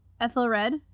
Ethelred